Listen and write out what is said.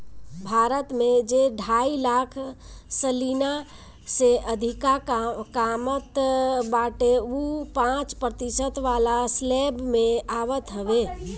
भारत में जे ढाई लाख सलीना से अधिका कामत बाटे उ पांच प्रतिशत वाला स्लेब में आवत हवे